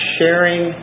Sharing